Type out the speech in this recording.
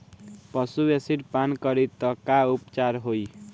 पशु एसिड पान करी त का उपचार होई?